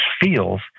feels